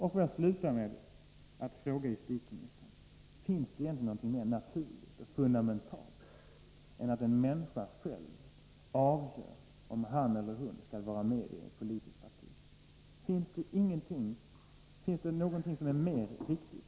Jag vill sluta med att fråga justitieministern: Finns det egentligen någonting mer naturligt och fundamentalt än att en människa själv avgör om han eller hon skall vara med i ett politiskt parti? Finns det någonting som är mer riktigt?